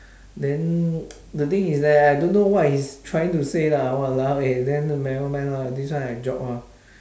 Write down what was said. then the thing is that I don't know what he's trying to say lah !walao! eh then nevermind lor this one I drop lor